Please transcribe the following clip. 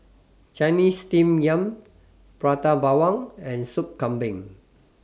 Chinese Steamed Yam Prata Bawang and Soup Kambing